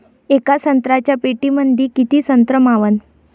येका संत्र्याच्या पेटीमंदी किती संत्र मावन?